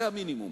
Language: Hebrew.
זה המינימום.